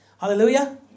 Hallelujah